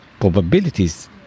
probabilities